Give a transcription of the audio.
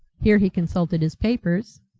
here he consulted his papers,